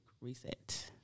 reset